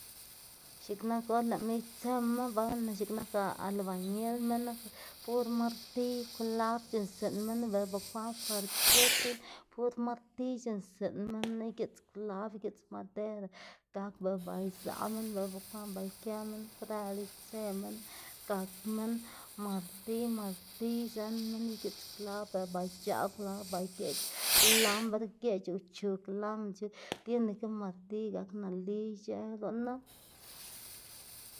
X̱iꞌk nak or lëꞌma itsema ba x̱iꞌk nak albañil minnu pur martiy, klab c̲h̲uꞌnnstsiꞌn minnu bela bukwaꞌn kwalker dziꞌn pur martiy c̲h̲uꞌnnstsiꞌn minnu igiꞌts klab, igiꞌts madera gak bela ba izaꞌ minn bela bukwaꞌn ba ikëꞌ minn kwrël itse minn gak minn martiy martiy zën minn igiꞌts klab bela ba ic̲h̲aꞌ klab, ba geꞌch lamr geꞌch, o chug lamr chug tiene que martiy gak nali ic̲h̲ë gunu.